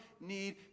need